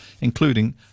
including